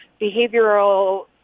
behavioral